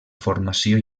formació